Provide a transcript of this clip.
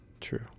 true